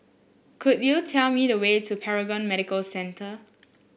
could you tell me the way to Paragon Medical Centre